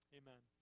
amen